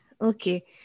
okay